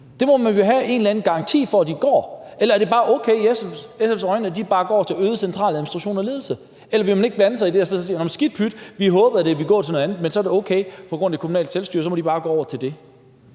Det må man vel have en eller anden garanti for at de gør. Eller er det i SF's øjne okay, at de bare går til øget centraladministration og ledelse? Eller vil man ikke blande sig i det, men bare sige: Nå, men skidt pyt, vi håbede, at det ville gå til noget andet? Det er så okay på grund af det kommunale selvstyre, og så må de bare gå til det.